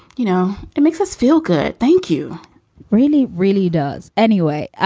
you know, it makes us feel good. thank you really, really does. anyway,